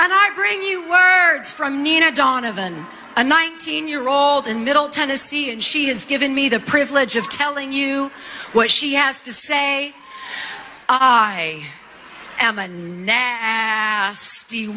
and i bring you words from nina donovan a nineteen year old in middle tennessee and she has given me the privilege of telling you what she has to say i am a nasty